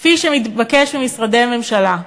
כפי שמתבקש ממשרדי ממשלה.